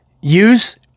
Use